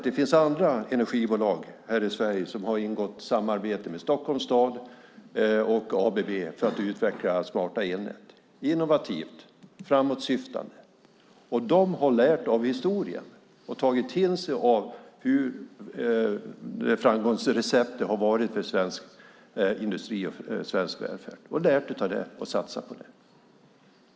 Det finns andra energibolag här i Sverige som har ingått samarbete med Stockholms stad och ABB för att utveckla smarta elnät - innovativt och framåtsyftande. De har lärt av historien. De har tagit till sig av det framgångsrecept som har varit för svensk industri och svensk välfärd och lärt av det och satsat på det.